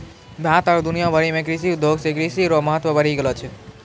भारत आरु दुनिया भरि मे कृषि उद्योग से कृषि रो महत्व बढ़ी गेलो छै